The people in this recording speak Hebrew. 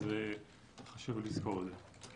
אז חשוב לזכור את זה.